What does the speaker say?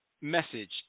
message